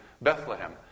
Bethlehem